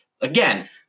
again